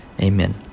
Amen